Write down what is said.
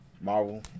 Marvel